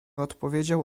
odpowiedział